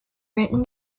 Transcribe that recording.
written